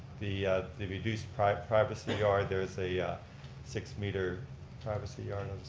the the reduced privacy privacy yard, there's a six meter privacy yard,